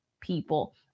people